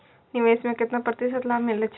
निवेश में केतना प्रतिशत लाभ मिले छै?